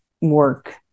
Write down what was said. Work